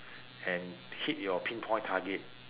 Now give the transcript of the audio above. and hit your pinpoint target